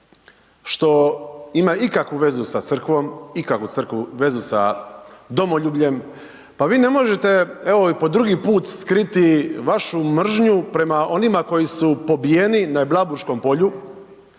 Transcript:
što ima ikakvu vezu sa crkvom, ikakvu vezu sa domoljubljem, pa vi ne možete evo i po drugi put skriti vašu mržnju prema onima koji su pobijeni na Blajburškom polju,